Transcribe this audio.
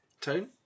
Tone